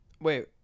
Wait